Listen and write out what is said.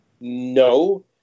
no